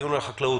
החקלאות.